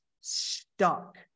stuck